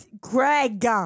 Greg